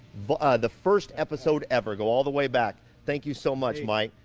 but the first episode ever! go all the way back. thank you so much, mike!